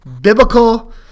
biblical